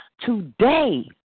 today